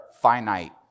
finite